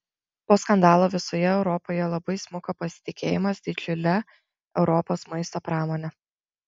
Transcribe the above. po skandalo visoje europoje labai smuko pasitikėjimas didžiule europos maisto pramone